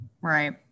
Right